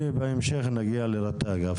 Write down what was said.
בהמשך נגיע לרת"ג.